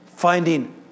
Finding